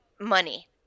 money